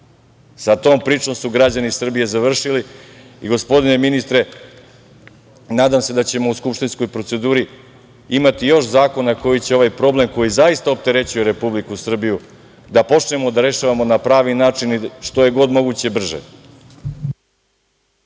Sa tom pričom su građani Srbije završili. Gospodine ministre, nadam se da ćemo u skupštinskoj proceduri imati još zakona koji će ovaj problem koji zaista opterećuje Republiku Srbiju da počnemo da rešavamo na pravi način i što je god moguće brže.